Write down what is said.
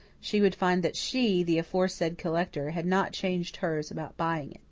she would find that she, the aforesaid collector, had not changed hers about buying it.